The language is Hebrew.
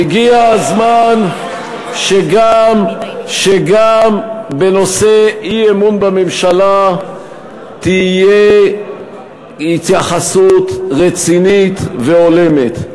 הגיע הזמן שגם בנושא אי-אמון בממשלה תהיה התייחסות רצינית והולמת,